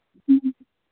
ꯎꯝ